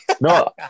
No